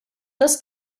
this